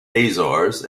azores